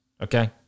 Okay